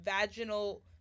vaginal